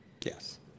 Yes